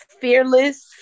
fearless